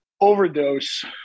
overdose